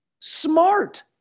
Smart